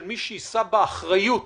מי שיישא באחריות